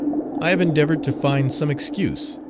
i have endeavored to find some excuse,